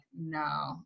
no